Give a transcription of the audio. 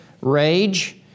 rage